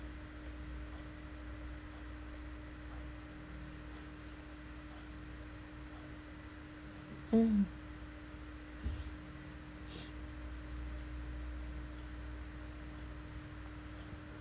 mm